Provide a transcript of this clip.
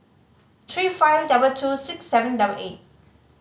three five double two six seven double eight